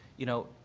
you know,